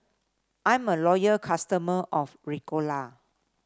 I'm a loyal customer of Ricola